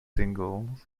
single